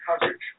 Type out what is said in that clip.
coverage